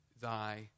thy